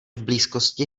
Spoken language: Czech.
blízkosti